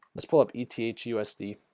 let's pull up. eth usd